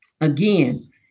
again